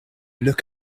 look